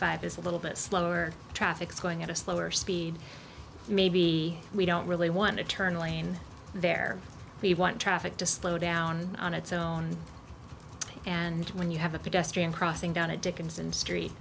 five is a little bit slower traffic's going at a slower speed maybe we don't really want to turn lane there we want traffic to slow down on its own and when you have a pedestr